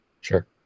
Sure